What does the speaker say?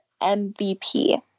MVP